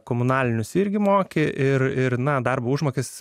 komunalinius irgi moki ir ir na darbo užmokestis